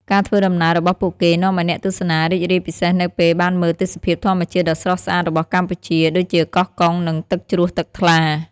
ការធ្វើដំណើររបស់ពួកគេនាំឲ្យអ្នកទស្សនារីករាយពិសេសនៅពេលបានមើលទេសភាពធម្មជាតិដ៏ស្រស់ស្អាតរបស់កម្ពុជា ដូចជាកោះកុង និងទឹកជ្រោះទឹកថ្លា។